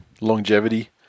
longevity